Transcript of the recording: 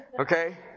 Okay